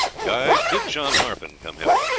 guy, bid john harpen come hither.